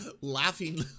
laughing